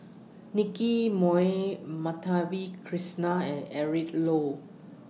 Nicky Moey Madhavi Krishnan and Eric Low